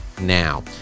now